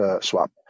swap